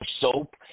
soap